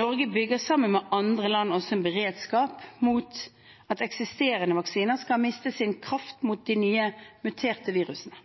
Norge bygger sammen med andre land også en beredskap mot at eksisterende vaksiner skal miste sin kraft mot de nye muterte virusene.